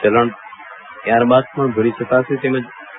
ચલણ ત્યારબાદ પણ ભરી શકાશે તેમજ તા